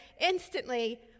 Instantly